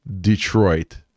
Detroit